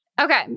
Okay